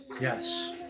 Yes